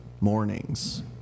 mornings